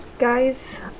Guys